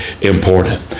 important